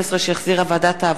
שהחזירה ועדת העבודה,